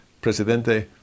Presidente